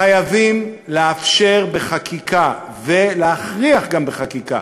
חייבים לאפשר בחקיקה ולהכריח גם בחקיקה,